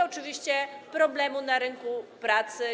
Oczywiście są problemy na rynku pracy.